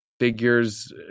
figures